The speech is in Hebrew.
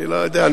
אני לא יודע.